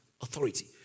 authority